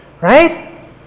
right